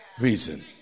reason